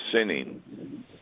sinning